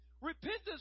Repentance